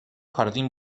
jardín